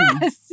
yes